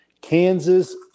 Kansas